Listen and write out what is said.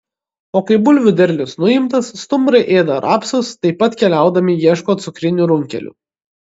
o kai bulvių derlius nuimtas stumbrai ėda rapsus taip pat keliaudami ieško cukrinių runkelių